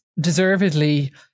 deservedly